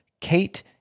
Kate